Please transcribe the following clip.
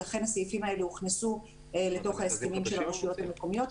ולכן הסעיפים האלה הוכנסו לתוך ההסכמים של הרשויות המקומיות.